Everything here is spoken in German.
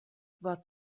war